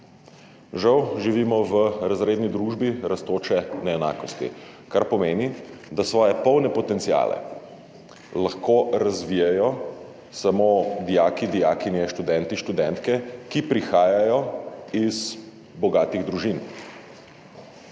Žal živimo v razredni družbi rastoče neenakosti, kar pomeni, da svoje polne potenciale lahko razvijejo samo dijaki, dijakinje, študenti, študentke, ki prihajajo iz bogatih družin.